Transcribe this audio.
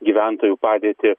gyventojų padėtį